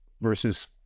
versus